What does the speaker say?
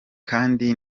kandi